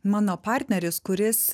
mano partneris kuris